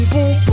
Boom